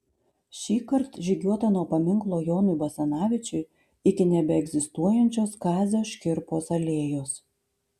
šįkart žygiuota nuo paminklo jonui basanavičiui iki nebeegzistuojančios kazio škirpos alėjos